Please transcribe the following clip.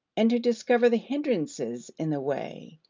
and to discover the hindrances in the way.